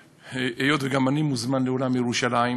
כנסת, היות שגם אני מוזמן לאולם "ירושלים",